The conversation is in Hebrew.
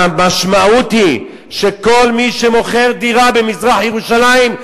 והמשמעות היא שכל מי שמוכר דירה במזרח-ירושלים,